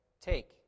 Take